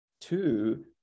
Two